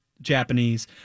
Japanese